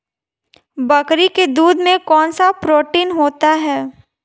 बकरी के दूध में कौनसा प्रोटीन होता है?